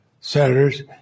senators